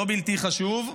לא בלתי חשוב,